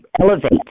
elevate